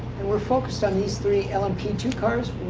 and we're focused on these three l m p two cars?